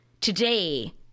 today